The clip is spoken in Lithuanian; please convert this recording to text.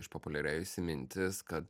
išpopuliarėjusi mintis kad